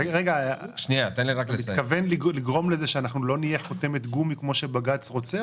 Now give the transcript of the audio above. אתה מתכוון לגרום לזה שלא נהיה חותמת גומי כמו שבג"ץ רוצה,